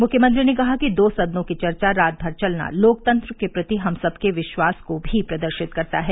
मुख्यमंत्री ने कहा कि दो सदनों की चर्चा रात भर चलना लोकतंत्र के प्रति हम सबके विश्वास को भी प्रदर्शित करता है